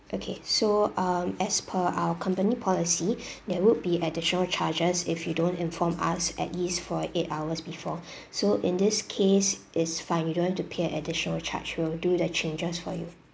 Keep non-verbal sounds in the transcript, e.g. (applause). okay so um as per our company policy (breath) there would be additional charges if you don't inform us at least forty eight hours before (breath) so in this case is fine you don't have to pay an additional charge we'll do the changes for you